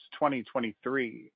2023